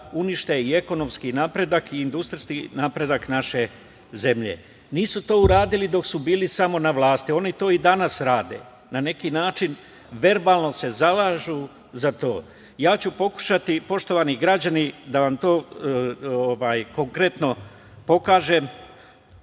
unište i ekonomski napredak i industrijski napredak naše zemlje. Nisu to uradili dok su bili samo na vlasti, oni to i danas rade, na neki način verbalno se zalažu za to. Pokušaću, poštovani građani, da vam to konkretno pokažem.